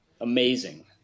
amazing